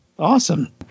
Awesome